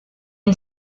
une